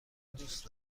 دوست